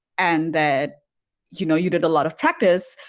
and that you know you did a lot of practice,